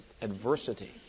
adversity